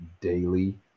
daily